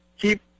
keep